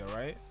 right